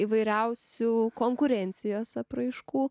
įvairiausių konkurencijos apraiškų